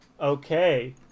Okay